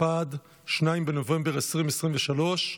התשפ"ד 2023,